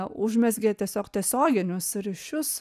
užmezgė tiesiog tiesioginius ryšius